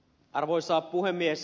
arvoisa puhemies